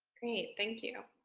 great, thank you.